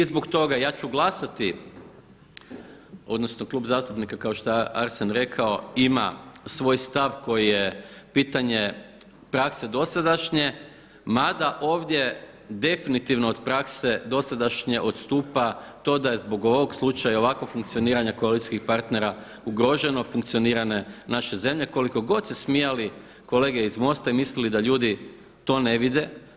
I zbog toga ja ću glasati odnosno klub zastupnika kao što je Arsen rekao ima svoj stav koji je pitanje prakse dosadašnje, mada ovdje definitivno od prakse dosadašnje odstupa to da je zbog ovog slučaja i ovakvog funkcioniranja koalicijskih partnera ugroženo funkcioniranje naše zemlje koliko god se smijali kolege iz MOST-a i mislili da ljudi to ne vide.